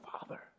father